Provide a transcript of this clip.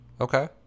Okay